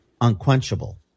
unquenchable